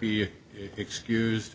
be excused